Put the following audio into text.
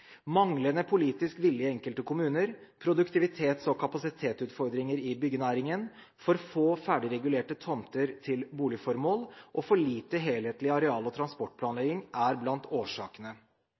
Manglende politisk vilje i enkelte kommuner, produktivitets- og kapasitetsutfordringer i byggenæringen, for få ferdigregulerte tomter til boligformål og for lite helhetlig areal- og transportplanlegging er blant årsakene.